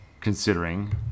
considering